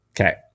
Okay